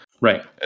right